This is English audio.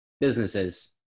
businesses